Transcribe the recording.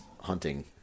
hunting